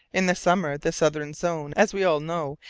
in the summer, the southern zone, as we all know,